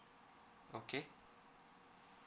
okay